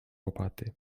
łopaty